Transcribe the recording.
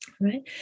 right